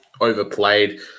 overplayed